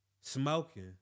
smoking